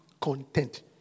content